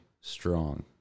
strong